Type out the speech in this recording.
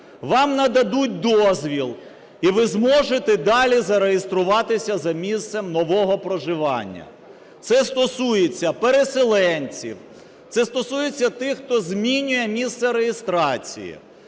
вам нададуть дозвіл, і ви зможете далі зареєструватися за місцем нового проживання. Це стосується переселенців, це стосується тих, хто змінює місце реєстрації.